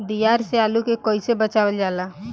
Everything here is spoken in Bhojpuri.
दियार से आलू के कइसे बचावल जाला?